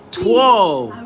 twelve